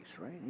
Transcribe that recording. right